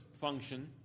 function